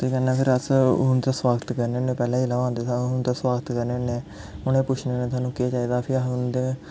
केह् करने फिर अस उं'दा स्वागत करने पैह्ले जिसलै ओह् आंदे अस उं'दा स्वागत करने होन्ने उ'नें गी पुच्छने होन्ने तुसेंगी केह् चाहिदा फिर अस उ'नें गी